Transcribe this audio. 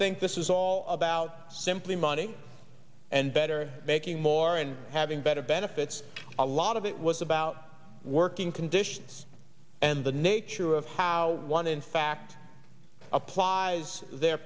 think this is all about simply money and better making more and having better benefits a lot of it was about working conditions and the nature of how one in fact applies their